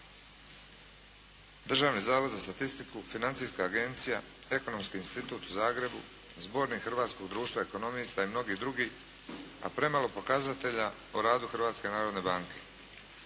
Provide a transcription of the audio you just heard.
Državni zavod za statistiku, Financijska agencija, Ekonomski institut u Zagrebu, Zbornik hrvatskog društva ekonomista i mnogi drugi, a premalo pokazatelja o radu Hrvatske narodne banke.